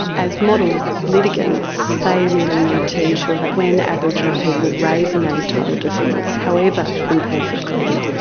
as model litigants they really need to ensure that when aboriginal people raise a native title defence, however imperfectly,